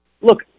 look